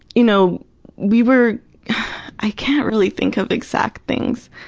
you know we were i can't really think of exact things.